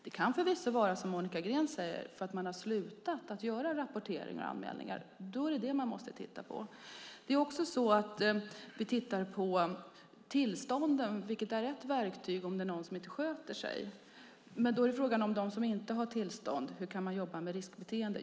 Det kan förvisso vara som Monica Green säger, att man har slutat att rapportera och anmäla. Då är det den frågan vi måste titta på. Vi tittar på tillstånden. De är ett verktyg när någon inte sköter sig. Men då är det frågan om dem som inte har tillstånd: Hur kan man jobba med riskbeteende?